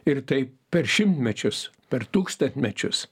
ir taip per šimtmečius per tūkstantmečius